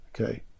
okay